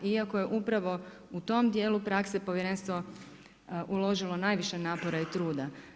Iako je upravo tom dijelu prakse povjerenstvo uložilo najviše napora i truda.